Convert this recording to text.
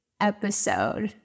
episode